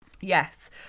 Yes